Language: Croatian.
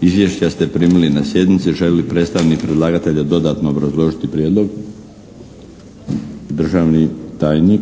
Izvješća ste primili na sjednici. Želi li predstavnik predlagatelja dodatno obrazložiti prijedlog? Državni tajnik